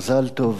מזל טוב.